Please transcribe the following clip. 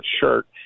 shirt